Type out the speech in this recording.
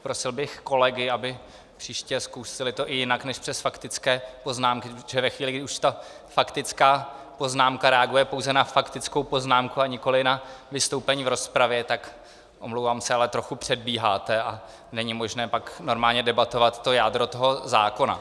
Prosil bych kolegy, aby to příště zkusili i jinak než přes faktické poznámky, protože ve chvíli, kdy už ta faktická poznámka reaguje pouze na faktickou poznámku a nikoliv na vystoupení v rozpravě, tak, omlouvám se, ale trochu předbíháte a není možné pak normálně debatovat jádro toho zákona.